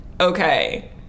okay